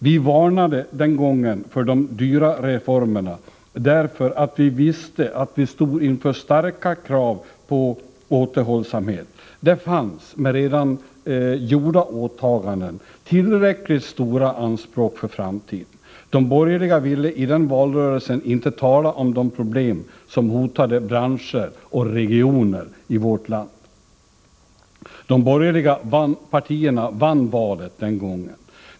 Vi varnade den gången för de dyra reformerna, därför att vi visste att vi stod inför starka krav på återhållsamhet. Det fanns med redan gjorda åtaganden tillräckligt stora anspråk på framtiden. De borgerliga ville i den valrörelsen inte tala om de problem som hotade branscher och regioner i vårt land. De borgerliga partierna vann valet den gången.